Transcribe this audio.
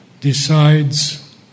decides